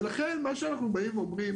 לכן מה שאנחנו באים ואומרים,